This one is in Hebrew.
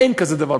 אין כזה דבר.